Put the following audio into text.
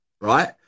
Right